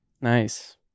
nice